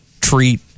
treat